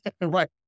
Right